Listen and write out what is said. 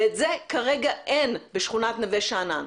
את זה כרגע אין בשכונת נווה שאנן.